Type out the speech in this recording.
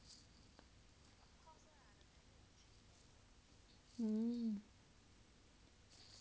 uh